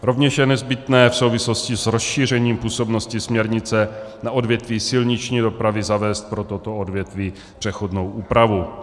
Rovněž je nezbytné v souvislosti s rozšířením působnosti směrnice na odvětví silniční dopravy zavést pro toto odvětví přechodnou úpravu.